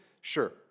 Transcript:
Sure